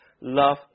love